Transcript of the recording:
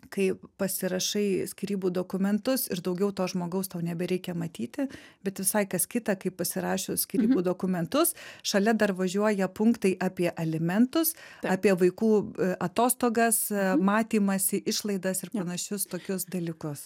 kai pasirašai skyrybų dokumentus ir daugiau to žmogaus tau nebereikia matyti bet visai kas kita kai pasirašius skyrybų dokumentus šalia dar važiuoja punktai apie alimentus apie vaikų atostogas matymąsi išlaidas ir panašius tokius dalykus